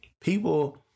People